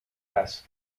fast